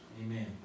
Amen